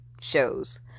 shows